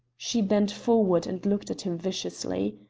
she bent forward and looked at him viciously.